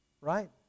right